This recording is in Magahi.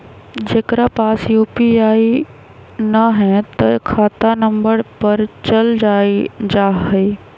जेकरा पास यू.पी.आई न है त खाता नं पर चल जाह ई?